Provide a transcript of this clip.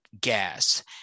gas